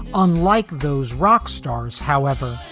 unlike those rock stars, however,